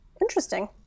Interesting